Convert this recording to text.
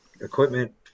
equipment